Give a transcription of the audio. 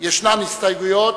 יש הסתייגויות.